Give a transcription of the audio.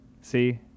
See